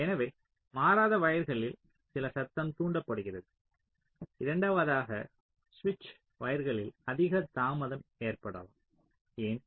எனவே மாறாத வயர்களில் சில சத்தம் தூண்டப்படுகிறது இரண்டாவதாக சுவிட்ச் வயர்களில் அதிக தாமதம் ஏற்படலாம் ஏன்